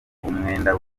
umwenda